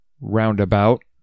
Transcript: Roundabout